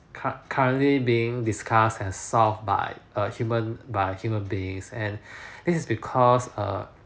cu~ currently being discussed and solved by err human by human beings and this is because err